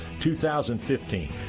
2015